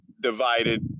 Divided